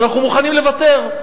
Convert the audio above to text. אנחנו מוכנים לוותר?